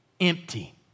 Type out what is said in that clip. Empty